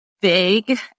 Big